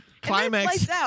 Climax